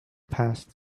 passed